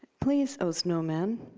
please, oh, snowman,